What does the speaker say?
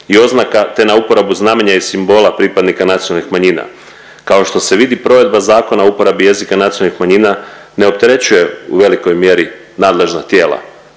i oznaka, te na uporabu znamenja i simbola pripadnika nacionalnih manjina. Kao što se vidi provedba Zakona o uporabi jezika nacionalnih manjina ne opterećuje u velikoj mjeri nadležna tijela,